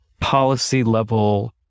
policy-level